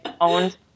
owned